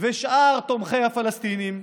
ושאר תומכי הפלסטינים,